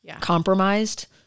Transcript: compromised